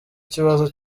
ikibazo